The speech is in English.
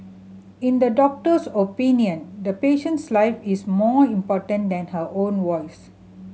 in the doctor's opinion the patient's life is more important than her own voice